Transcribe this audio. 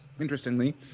Interestingly